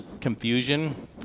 confusion